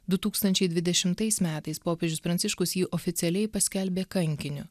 du tūkstančiai dvidešimtais metais popiežius pranciškus jį oficialiai paskelbė kankiniu